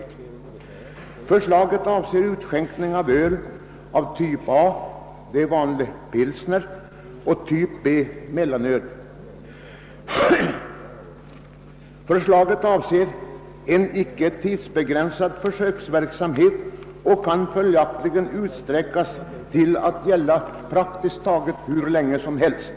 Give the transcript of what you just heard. Förslaget avser utskänkning av öl av typ A, d.v.s. vanlig pilsner, och typ B, mellanöl. Det gäller här en icke tidsbegränsad försöksverksamhet, och försöket kan följaktligen utsträckas att pågå hur länge som helst.